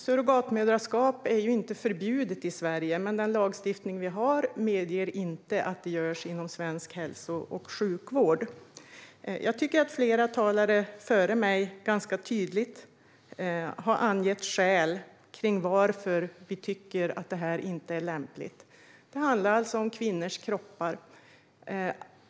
Surrogatmoderskap är inte förbjudet i Sverige, men den lagstiftning som finns medger inte att det görs inom svensk hälso och sjukvård. Jag tycker att flera talare före mig tydligt har angett skäl till att vi tycker att det inte är lämpligt. Det handlar alltså om kvinnors kroppar.